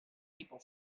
people